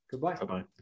Goodbye